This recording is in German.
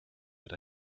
mit